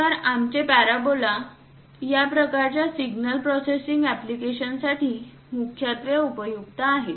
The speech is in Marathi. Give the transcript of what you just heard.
तर आमचे पॅराबोला या प्रकारच्या सिग्नल प्रोसेसिंग अप्लिकेशन्ससाठी मुख्यत्वे उपयुक्त आहेत